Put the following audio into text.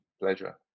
pleasure